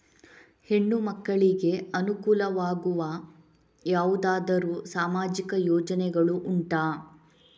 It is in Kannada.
ಹೆಣ್ಣು ಮಕ್ಕಳಿಗೆ ಅನುಕೂಲವಾಗುವ ಯಾವುದಾದರೂ ಸಾಮಾಜಿಕ ಯೋಜನೆಗಳು ಉಂಟಾ?